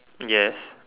yes